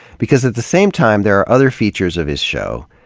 because at the same time, there are other features of his show,